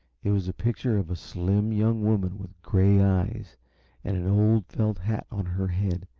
it was the picture of a slim young woman with gray eyes and an old felt hat on her head,